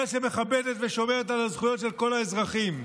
ישראל שמכבדת ושומרת על הזכויות של כל האזרחים,